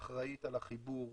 אחראית על החיבור